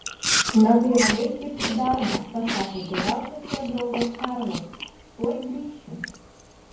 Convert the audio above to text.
na tai ramiai kibk į darbą pasakė geriausias jo draugas karlas tuoj grįšiu